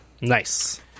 Nice